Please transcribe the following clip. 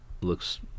Looks